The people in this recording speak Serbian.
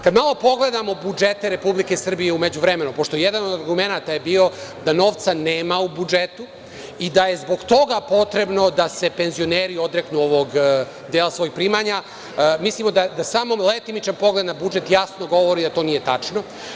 Kada malo pogledamo budžete Republike Srbije, u međuvremenu, pošto jedan od argumenata je bio da novca nema u budžetu i da je zbog toga potrebno da se penzioneri odreknu ovog dela svojih primanja, mislim da samo letimičan pogled na budžet jasno govori da to nije tačno.